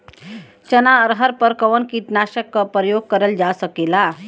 चना अरहर पर कवन कीटनाशक क प्रयोग कर जा सकेला?